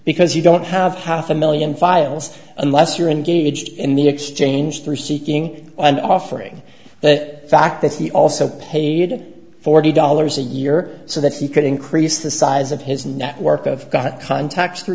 because you don't have half a million files unless you're engaged in the exchange through seeking and offering that fact that he also paid forty dollars a year so that he could increase the size of his network of got contacts